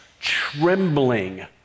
trembling